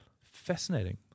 Fascinating